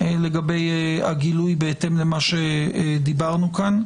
לגבי הגילוי בהתאם למה שדיברנו כאן.